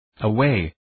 Away